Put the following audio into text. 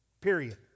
Period